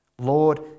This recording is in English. Lord